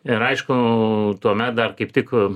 ir aišku tuomet dar kaip tik